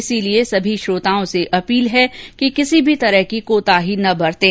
इसलिए सभी श्रोताओं से अपील है कि कोई भी कोताही न बरतें